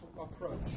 approach